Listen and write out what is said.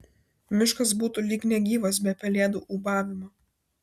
miškas būtų lyg negyvas be pelėdų ūbavimo